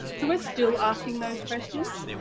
so we are still asking those questions.